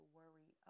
worry